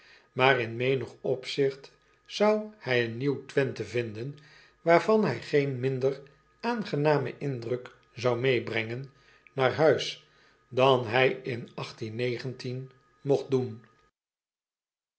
aar in menig opzigt zou hij een nieuw wenthe vinden waarvan hij geen minder aangenamen indruk zou meêbrengen naar huis dan hij het in mogt doen